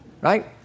Right